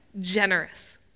generous